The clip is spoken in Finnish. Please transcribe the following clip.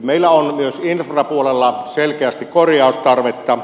meillä on myös infrapuolella selkeästi korjaustarvetta